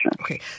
Okay